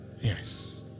Yes